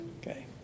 Okay